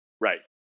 Right